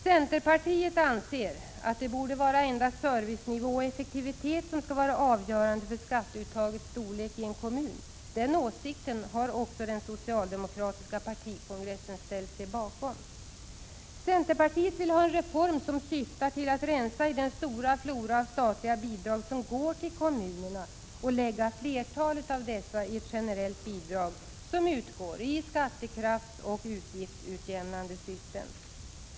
Centerpartiet anser att endast servicenivå och effektivitet skall vara avgörande för skatteuttagets storlek ien kommun. Den åsikten har också den socialdemokratiska partikongressen ställt sig bakom. Centerpartiet vill ha en reform, som syftar till att rensa i den stora flora av statliga bidrag som går till kommunerna, och vill lägga flertalet av dessa bidrag i ett generellt bidrag, som utgår i skattekraftsoch utgiftsutjämnande syften.